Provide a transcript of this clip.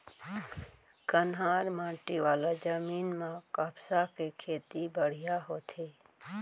कन्हार माटी वाला जमीन म कपसा के खेती बड़िहा होथे